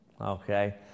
Okay